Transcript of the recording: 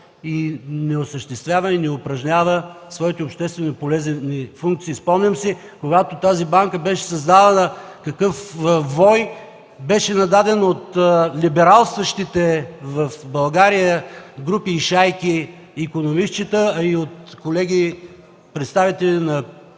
не осъществява и не упражнява своите общественополезни функции. Спомням си, когато тази банка беше създавана, какъв вой беше нададен от либералстващите в България групи и шайки икономистчета, а и от колеги – представители на